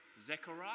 Zechariah